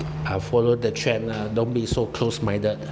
I follow the trend lah don't be so close minded